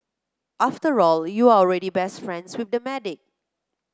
after all you're already best friends with the medic